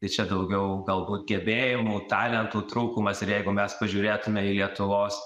tai čia daugiau galbūt gebėjimų talentų trūkumas ir jeigu mes pažiūrėtume į lietuvos